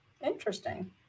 Interesting